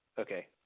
Okay